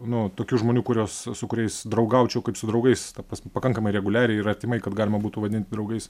nu tokių žmonių kuriuos su kuriais draugaučiau kaip su draugais pas pakankamai reguliariai ir artimai kad galima būtų vadint draugais